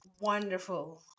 Wonderful